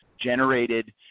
generated